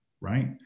right